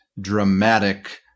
dramatic